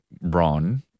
Ron